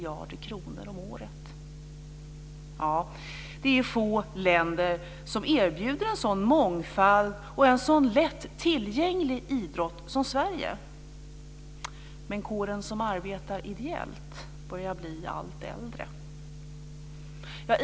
Det är få länder som erbjuder en sådan mångfald och en sådan lättillgänglig idrott som Sverige. Men kåren som arbetar ideellt börjar bli allt äldre.